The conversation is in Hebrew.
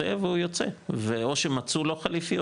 צא והוא יוצא ואו שמצאו לו חליפי,